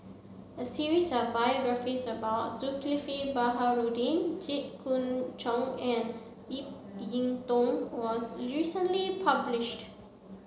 a series of biographies about Zulkifli Baharudin Jit Koon Ch'ng and Ip Yiu Tung was recently published